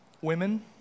Women